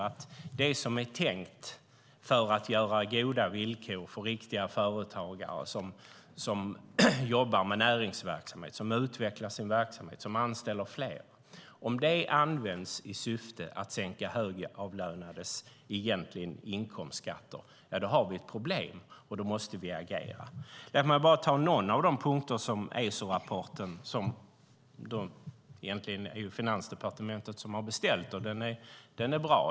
Om det som är tänkt för att skapa goda villkor för riktiga företagare som jobbar med näringsverksamhet, som utvecklar sin verksamhet och som anställer fler används i syfte att sänka högavlönades inkomstskatter har vi ett problem. Och då måste vi agera. Låt mig bara ta upp några av de punkter som tas upp i Esorapporten. Det är egentligen Finansdepartementet som har beställt den. Den är bra.